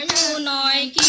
and so nine